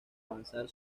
avanzar